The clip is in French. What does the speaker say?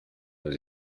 aux